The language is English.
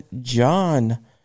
John